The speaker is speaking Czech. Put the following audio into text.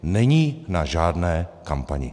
Není na žádné kampani.